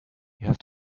have